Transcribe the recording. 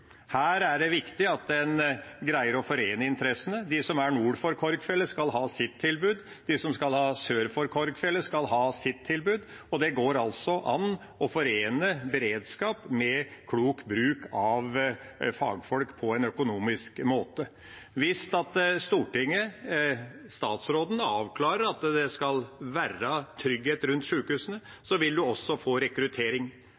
Her er det viktig at en greier å forene interessene. De som er nord for Korgfjellet, skal ha sitt tilbud, de som er sør for Korgfjellet, skal ha sitt tilbud, og det går an å forene beredskap med klok bruk av fagfolk på en økonomisk måte. Hvis statsråden avklarer at det skal være trygghet rundt